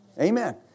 Amen